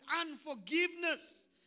unforgiveness